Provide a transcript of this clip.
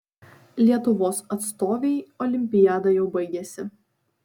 lietuvos atstovei olimpiada jau baigėsi